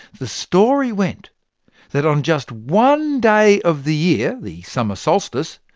the story went that on just one day of the year, the summer solstice,